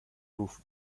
proof